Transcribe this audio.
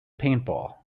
paintball